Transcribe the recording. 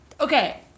Okay